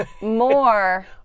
More